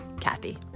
Kathy